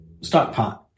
stockpot